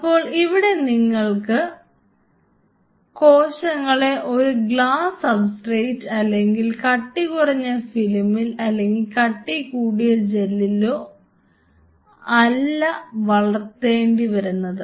അപ്പോൾ ഇവിടെ നിങ്ങൾ കോശങ്ങളെ ഒരു ഗ്ലാസ് സബ്സ്ട്രേറ്റ് അല്ലെങ്കിൽ കട്ടികുറഞ്ഞ ഫിലിമിൽ അല്ലെങ്കിൽ കട്ടികുറഞ്ഞ ജെല്ലിലൊ അല്ല വളർത്തുന്നത്